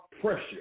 pressure